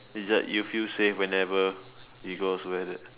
it's like you feel safe whenever you go